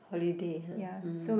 holiday [huh] mm